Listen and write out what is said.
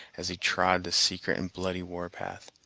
as he trod the secret and bloody war-path.